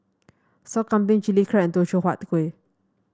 Sop Kambing Chilli Crab Teochew Huat Kueh